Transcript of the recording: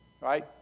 right